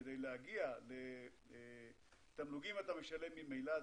כדי להגיע לתמלוגים אתה משלם ממילא,